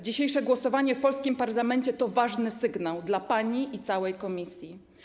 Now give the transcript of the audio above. Dzisiejsze głosowanie w polskim parlamencie to ważny sygnał dla pani i całej Komisji.